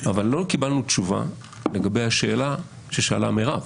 אבל לא קיבלנו תשובה לגבי השאלה ששאלה מירב,